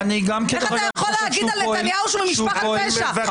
איך אתה יכול להגיד על נתניהו שהוא ממשפחת פשע?